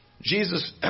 Jesus